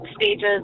stages